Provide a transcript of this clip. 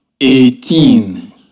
eighteen